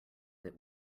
that